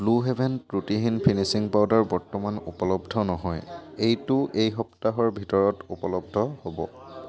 blue Heaven ত্ৰুটিহীন finishing powder বৰ্তমান উপলব্ধ নহয় এইটো এই সপ্তাহৰ ভিতৰত উপলব্ধ হ'ব